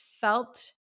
felt